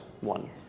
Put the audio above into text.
one